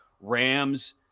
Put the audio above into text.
Rams